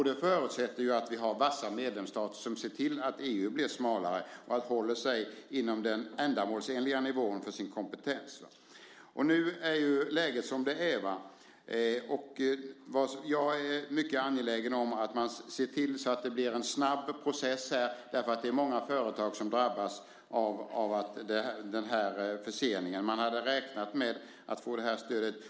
Det förutsätter att vi har vassa medlemsstater som ser till att EU blir smalare och håller sig inom den ändamålsenliga nivån för sin kompetens. Nu är läget som det är. Jag är mycket angelägen om att man ser till att det blir en snabb process, därför att det är många företag som drabbas av förseningen. Man hade räknat med att få stödet.